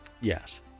Yes